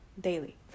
daily